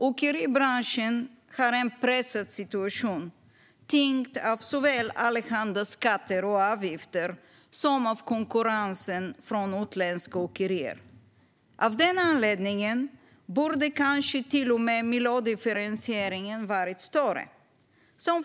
Åkeribranschen har en pressad situation, tyngd såväl av allehanda skatter och avgifter som av konkurrensen från utländska åkerier. Av den anledningen borde kanske miljödifferentieringen till och med ha varit större.